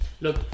Look